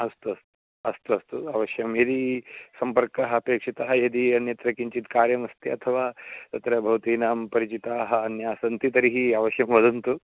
अस्तु अस्तु अस्तु अस्तु अवश्यं यदि सम्पर्कः अपेक्षितः यदि अन्यत्र किञ्चित् कार्यमस्ति अथवा तत्र भवतां परिचिताः अन्यास्सन्ति तर्हि अवश्यं वदन्तु